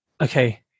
okay